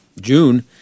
June